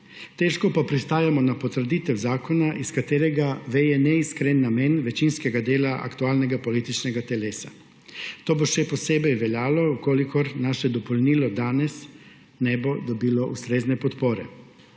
težko pa pristajamo na potrditev zakona, iz katerega veje neiskren namen večinskega dela aktualnega političnega telesa. To bo še posebej veljalo, če naše dopolnilo danes ne bo dobilo ustrezne podpore.